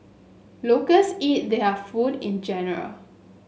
locals eat their food in general